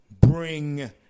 bring